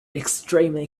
extremely